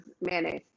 Mayonnaise